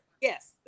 Yes